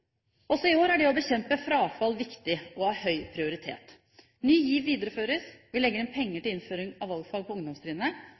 Også i år er det å bekjempe frafall viktig og har høy prioritet. Ny GIV videreføres. Vi legger inn penger